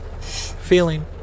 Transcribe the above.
feeling